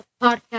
podcast